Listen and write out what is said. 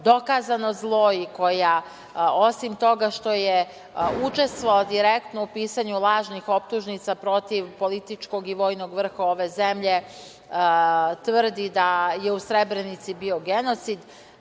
dokazano zlo i koja osim toga što je učestvovala direktno u pisanju lažnih optužnica protiv političkog i vojnog vrha ove zemlje, tvrdi da je u Srebrenici bio genocid.